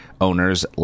owners